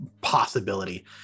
possibility